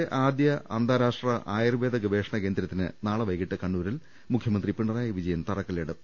രാജ്യത്തിലെ ആദ്യ അന്താരാഷ്ട്ര ആയുർവേദ ഗവേഷണ കേന്ദ്രത്തിന് നാളെ വൈകീട്ട് കണ്ണൂരിൽ മുഖ്യമന്ത്രി പിണറായി വിജയൻ തറക്കല്പിടും